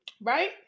Right